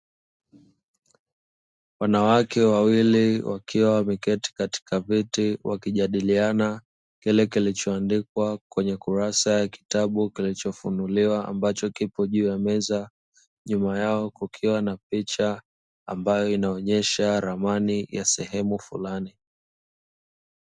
Wanawake wawili wakiwa wameketi katika viti wakijadiliana kile kilichoandikwa kwenye kurasa ya kitabu kilichofunuliwa ambacho kipo juu ya meza, nyuma yao kukiwa na picha ambayo inaonyesha ramani ya sehemu fulani.